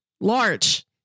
large